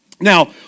Now